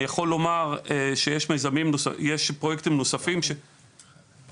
אני יכול לומר שיש פרויקטים נוספים שאנחנו